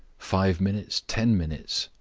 five minutes, ten minutes,